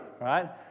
right